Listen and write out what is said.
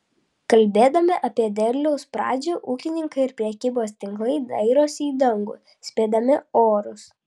kalbėdami apie derliaus pradžią ūkininkai ir prekybos tinklai dairosi į dangų spėdami orus